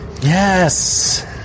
Yes